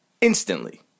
instantly